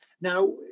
now